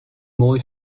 more